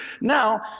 now